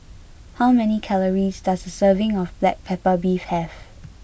how many calories does a serving of Black Pepper Beef have